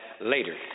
later